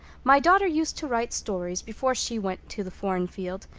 my daughter used to write stories before she went to the foreign field,